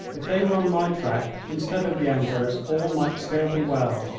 if they were on my track instead of the emperor's, all might still be well.